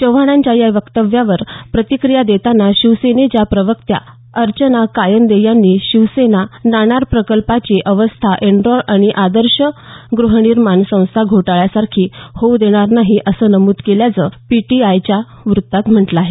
चव्हाणांच्या या वक्तव्यावर प्रतिक्रिया देताना शिवसेनेच्या प्रवक्त्या अर्चना कायंदे यांनी शिवसेना नाणार प्रकल्पाची अवस्था एनरॉन किंवा आदर्श गृहनिर्माण संस्था घोटाळ्यासारखी होऊ देणार नाही असं नमूद केल्याचं पीटीआयचं वृत्त आहे